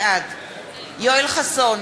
בעד יואל חסון,